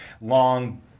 long-